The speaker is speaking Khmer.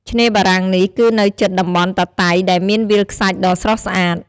ឆ្នេរបារាំងនេះគឺនៅជិតតំបន់តាតៃ ដែលមានវាលខ្សាច់ដ៏ស្រស់ស្អាត។